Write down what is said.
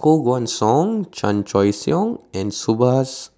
Koh Guan Song Chan Choy Siong and Subhas